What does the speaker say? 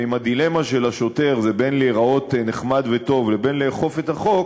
ואם הדילמה של השוטר היא בין להיראות נחמד וטוב לבין לאכוף את החוק,